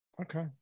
Okay